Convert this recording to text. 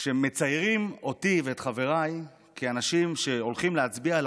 כשמציירים אותי ואת חבריי כאנשים שהולכים להצביע על